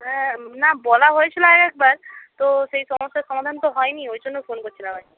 হ্যাঁ না বলা হয়েছিল আগে একবার তো সেই সমস্যার সমাধান তো হয়নি ওই জন্য ফোন করছিলাম আর কি